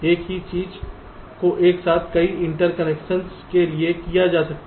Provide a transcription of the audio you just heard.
एक ही चीज को एक साथ कई इंटरकनेक्शनश के लिए किया जा सकता है